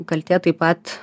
kaltė taip pat